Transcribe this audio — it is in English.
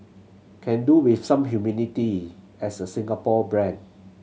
can do with some humility as a Singapore brand